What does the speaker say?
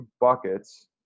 buckets